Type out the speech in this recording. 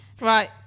Right